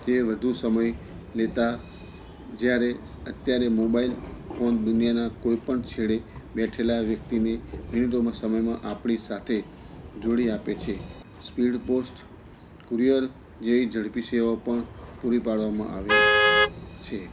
તે વધુ સમય લેતાં જ્યારે અત્યારે મોબાઈલ ફોન દુનિયાના કોઈપણ છેડે બેઠેલા વ્યક્તિની મિનિટોના સમયમાં આપણી સાથે જોડી આપે છે સ્પીડ પોસ્ટ કુરિયર જેવી ઝડપી સેવા પણ પૂરી પાડવામાં આવે છે